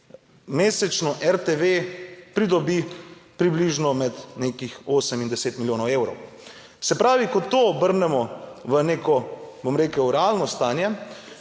mesečno RTV pridobi približno med nekih osem in deset milijonov evrov. Se pravi, ko to obrnemo v neko, bom rekel, realno stanje,